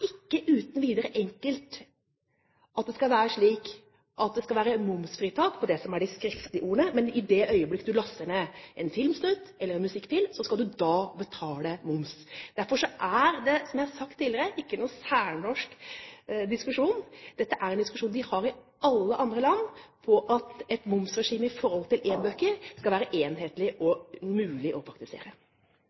ikke uten videre enkelt at det skal være momsfritak på de skriftlige ordene, mens man i det øyeblikket en laster ned en filmsnutt eller en musikkfil, skal en betale moms. Derfor er dette, som jeg har sagt tidligere, ikke noen særnorsk diskusjon. Dette er en diskusjon man har i alle andre land, om at et momsregime i tilknytning til e-bøker skal være enhetlig og mulig å praktisere.